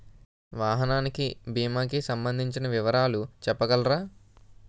వాహనానికి భీమా కి సంబందించిన వివరాలు చెప్పగలరా?